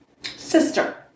sister